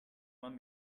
man